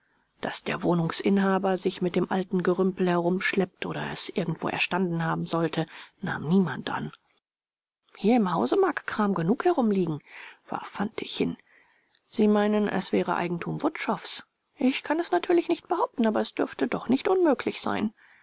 daß der wohnungsinhaber sich mit dem alten gerümpel herumgeschleppt oder es irgendwo erstanden haben sollte nahm niemand an hier im hause mag kram genug herumliegen warf fantig hin sie meinen es wäre eigentum wutschows ich kann es natürlich nicht behaupten aber es dürfte doch nicht unmöglich sein